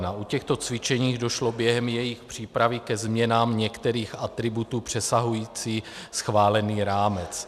U těchto cvičení došlo během jejich přípravy ke změnám některých atributů přesahujících schválený rámec.